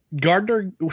Gardner